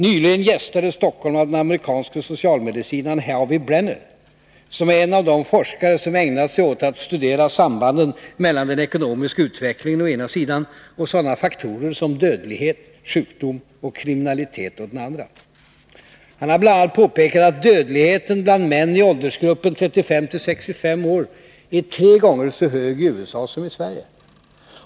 Nyligen gästades Stockholm av den amerikanske socialmedicinaren Harvey Brenner, som är en av de forskare som ägnat sig åt att studera sambanden mellan den ekonomiska utvecklingen å ena sidan och sådana faktorer som dödlighet, sjukdom och kriminalitet å den andra. Han har bl.a. påpekat att dödligheten bland män i åldersgruppen 35-65 år är tre gånger så hög i USA som i Sverige.